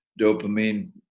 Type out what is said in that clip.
dopamine